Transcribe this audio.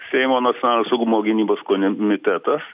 seimo nacionalinio saugumo gynybos konmitetas